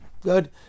Good